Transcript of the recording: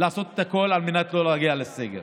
לעשות הכול על מנת שלא להגיע לסגר.